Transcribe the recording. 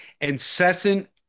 incessant